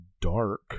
dark